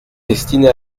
destinée